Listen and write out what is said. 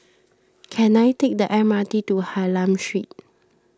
can I take the M R T to Hylam Street